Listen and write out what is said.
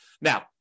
Now